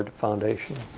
ah foundation.